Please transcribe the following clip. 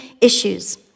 issues